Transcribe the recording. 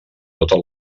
totes